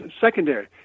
secondary